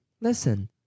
listen